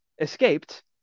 escaped